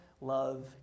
love